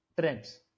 trends